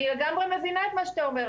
אני לגמרי מבינה את מה שאתה אומר,